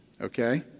Okay